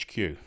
HQ